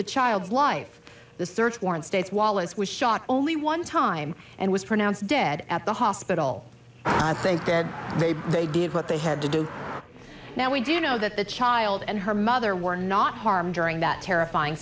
the child's life the search warrant states wallace was shot only one time and was pronounced dead at the hospital and i think they did what they had to do now we do know that the child and her mother were not harmed during that terrifying